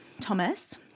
Thomas